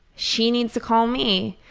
she needs to call me.